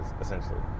essentially